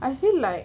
I feel like